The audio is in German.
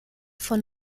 von